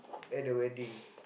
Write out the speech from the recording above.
at the wedding